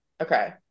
Okay